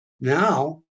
Now